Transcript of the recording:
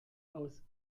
aus